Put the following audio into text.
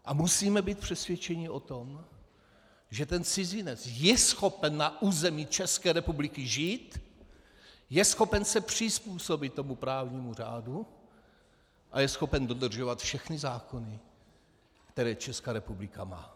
A musíme být přesvědčeni o tom, že ten cizinec je schopen na území České republiky žít, je schopen se přizpůsobit právnímu řádu a je schopen dodržovat všechny zákony, které Česká republika má.